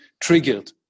triggered